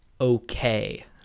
okay